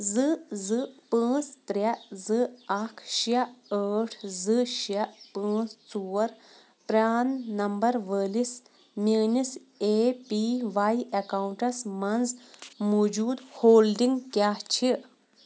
زٕ زٕ پانٛژھ ترٛےٚ زٕ اَکھ شےٚ ٲٹھ زٕ شےٚ پانٛژھ ژور پرٛان نمبر وٲلِس میٛٲنِس اے پی واے اٮ۪کاوُنٛٹس مَنٛز موٗجوٗد ہولڈنگ کیٛاہ چھِ